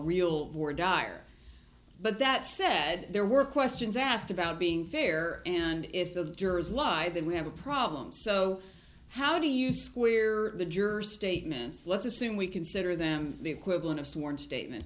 real war dire but that said there were questions asked about being fair and if the jurors lied then we have a problem so how do you square the jurors statements let's assume we consider them the equivalent of sworn statement